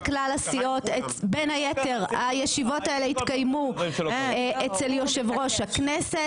את כל נציגי הליכוד ויצרו רוב מאוד מאוד גדול לאופוזיציה